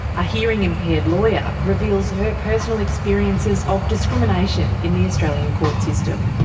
a hearing impaired lawyer reveals her personal experiences of discrimination in the australian court system.